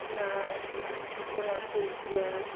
नहि कोनो चीज यऽ